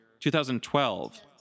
2012